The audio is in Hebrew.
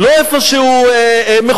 לא איפה שהוא מחושב,